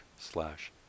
slash